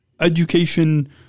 education